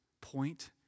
point